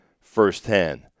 firsthand